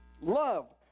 love